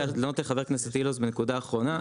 רק לענות לחבר הכנסת אילוז בנקודה האחרונה.